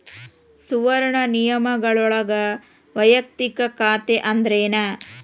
ಸುವರ್ಣ ನಿಯಮಗಳೊಳಗ ವಯಕ್ತಿಕ ಖಾತೆ ಅಂದ್ರೇನ